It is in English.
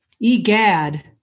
egad